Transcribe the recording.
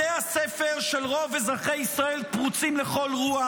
בתי הספר של רוב אזרחי ישראל פרוצים לכל רוח,